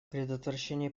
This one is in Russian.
предотвращение